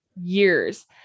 years